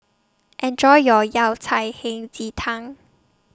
Enjoy your Yao Cai Hei Ji Tang